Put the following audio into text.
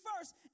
first